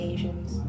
Asians